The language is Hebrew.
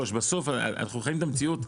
חיים את המציאות.